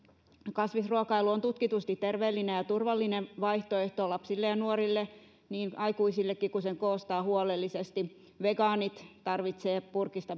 kasvisruokailu on tutkitusti terveellinen ja turvallinen vaihtoehto lapsille ja nuorille niin kuin aikuisillekin kun sen koostaa huolellisesti vegaanit tarvitsevat purkista